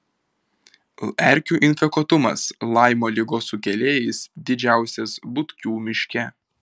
erkių infekuotumas laimo ligos sukėlėjais didžiausias butkių miške